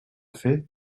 fet